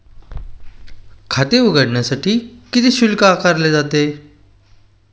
खाते उघडण्यासाठी किती शुल्क आकारले जाते?